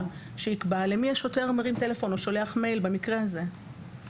שיקבע למי השוטר מרים טלפון או שולח מייל במקרה הזה,